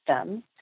system